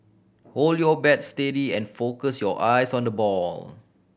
hold your bat steady and focus your eyes on the ball